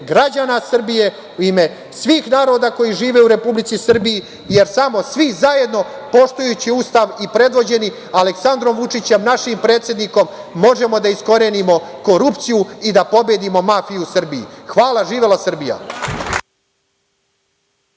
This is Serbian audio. građana Srbije, u ime svih naroda koji žive u Republici Srbiji, jer samo svi zajedno poštujući Ustav, i predvođeni Aleksandrom Vučićem, našim predsednikom, možemo da iskorenim korupciju, da pobedimo mafiju u Srbiji. Hvala. Živela Srbija.